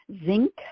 zinc